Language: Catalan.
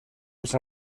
els